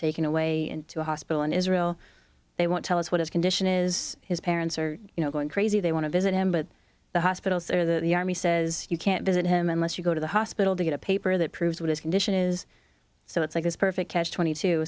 taken away into a hospital in israel they want tell us what his condition is his parents are you know going crazy they want to visit him but the hospitals there that the army says you can't visit him unless you go to the hospital to get a paper that proves what his condition is so it's like this perfect catch twenty two